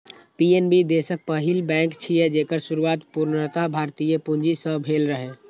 PNB देशक पहिल bank छियै, जेकर शुरुआत पूर्णतः भारतीय पूंजी सं भेल रहै